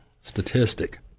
statistic